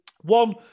One